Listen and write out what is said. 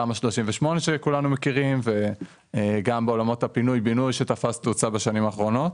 בתמ"א 38 ובתהליך של פינוי בינוי שתפס תאוצה בשנים האחרונות.